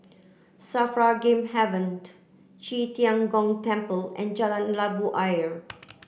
SAFRA Game Haven Qi Tian Gong Temple and Jalan Labu Ayer